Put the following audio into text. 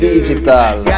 Digital